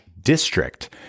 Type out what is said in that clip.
district